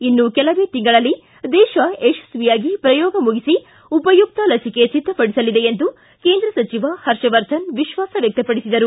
ಇನ್ನೂ ಕೆಲವೇ ತಿಂಗಳಲ್ಲಿ ದೇಶ ಯಶಸ್ವಿಯಾಗಿ ಪ್ರಯೋಗ ಮುಗಿಸಿ ಉಪಯುಕ್ತ ಲಸಿಕೆ ಸಿದ್ದಪಡಿಸಲಿದೆ ಎಂದು ಕೇಂದ್ರ ಸಚಿವ ಹರ್ಷವರ್ಧನ್ ವಿಶ್ವಾಸ ವ್ಯಕ್ತಪಡಿಸಿದರು